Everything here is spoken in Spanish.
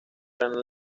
eran